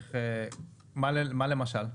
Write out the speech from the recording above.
מה למשל?